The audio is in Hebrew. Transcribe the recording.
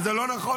וזה גם לא נכון.